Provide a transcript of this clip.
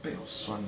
背好酸